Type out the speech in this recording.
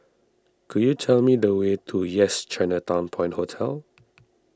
could you tell me the way to Yes Chinatown Point Hotel